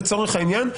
לצורך העניין,